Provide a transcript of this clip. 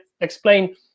explain